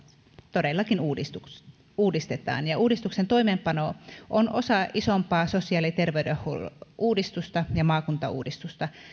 todellakin uudistetaan ja uudistuksen toimeenpano on osa isompaa sosiaali ja terveydenhuollon uudistusta ja maakuntauudistusta